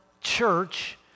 church